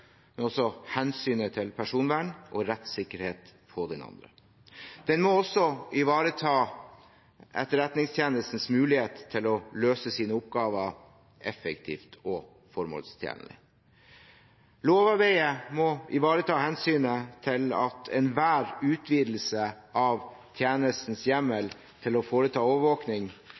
hensynet til personvern og rettssikkerhet på den andre siden. Den må også ivareta Etterretningstjenestens mulighet til å løse sine oppgaver effektivt og formålstjenlig. Lovarbeidet må ivareta hensynet til at enhver utvidelse av tjenestens hjemmel til å foreta